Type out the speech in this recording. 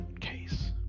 case